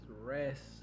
rest